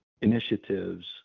initiatives